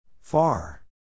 Far